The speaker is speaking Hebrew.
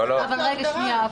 תעשי הגדרה אחרת.